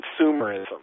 consumerism